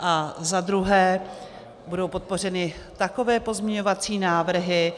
A za druhé, budou podpořeny takové pozměňovací návrhy,